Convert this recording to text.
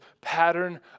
pattern